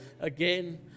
again